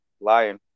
lion